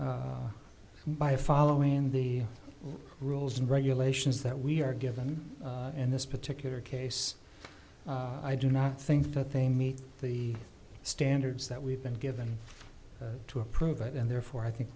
variance by following the rules and regulations that we are given in this particular case i do not think that they meet the standards that we've been given to approve it and therefore i think